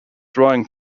drawing